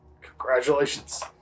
congratulations